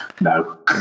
no